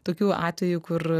tokių atvejų kur